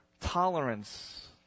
tolerance